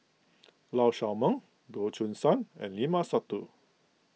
Lee Shao Meng Goh Choo San and Limat Sabtu